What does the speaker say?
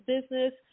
business